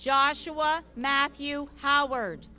joshua matthew how words